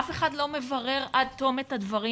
אף אחד לא מברר עד תום את הדברים.